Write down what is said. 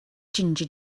ginger